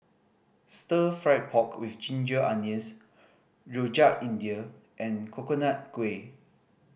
Stir Fried Pork With Ginger Onions Rojak India and Coconut Kuih